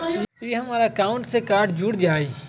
ई हमर अकाउंट से कार्ड जुर जाई?